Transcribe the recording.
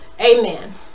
amen